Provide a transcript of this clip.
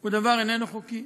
שהוא דבר איננו חוקי,